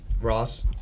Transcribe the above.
Ross